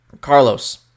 Carlos